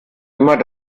immer